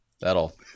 That'll